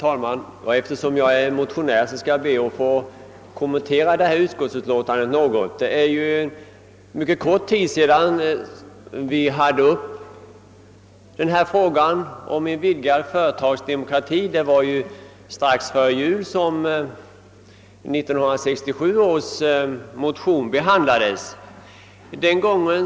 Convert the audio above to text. Herr talman! Eftersom jag är motionär i denna fråga skall jag be att få kommentera detta utskottsutlåtande något. Det är ju mycket kort tid sedan vi senast här i riksdagen diskuterade frågan om en vidgad företagsdemokrati; det var strax före jul som 1967 års motioner i detta ärende behandlades.